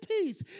peace